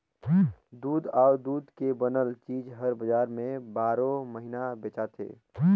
दूद अउ दूद के बनल चीज हर बजार में बारो महिना बेचाथे